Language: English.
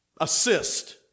assist